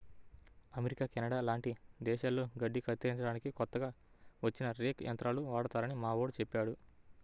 America, Canada లాంటి దేశాల్లో గడ్డి కత్తిరించడానికి కొత్తగా వచ్చిన రేక్ యంత్రాలు వాడతారని మావోడు చెప్పాడు